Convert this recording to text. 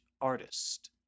artist